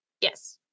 Yes